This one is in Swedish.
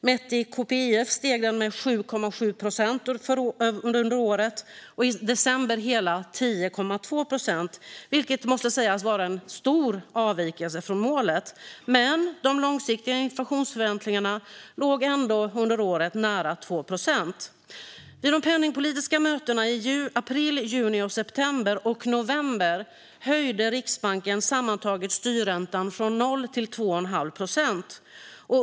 Mätt enligt KPIF steg den med 7,7 procent under året och i december med hela 10,2 procent, vilket måste sägas vara en stor avvikelse från målet. Men de långsiktiga inflationsförväntningarna låg ändå under året på nära 2 procent. Vid de penningpolitiska mötena i april, juni, september och november höjde Riksbanken sammantaget styrräntan från 0 till 2,5 procent.